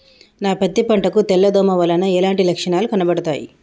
నా పత్తి పంట కు తెల్ల దోమ వలన ఎలాంటి లక్షణాలు కనబడుతాయి?